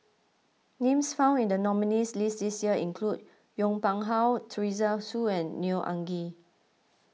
names found in the nominees' list this year include Yong Pung How Teresa Hsu and Neo Anngee